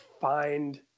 find